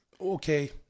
Okay